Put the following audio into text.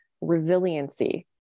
resiliency